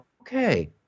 okay